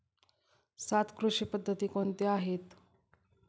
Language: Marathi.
सात कृषी पद्धती कोणत्या आहेत?